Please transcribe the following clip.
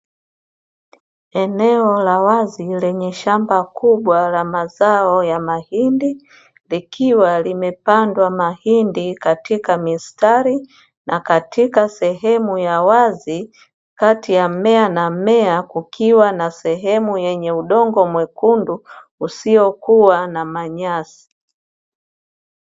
Eneo la wazi lenye shamba kubwa la mazao ya mahindi, likiwa limepandwa mahindi katika mistari, na katika sehemu ya wazi kati ya mmea na mmea, kukiwa sehemu yenye udongo mwekundu usiokua na manyasi.